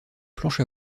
planche